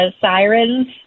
Sirens